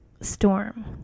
storm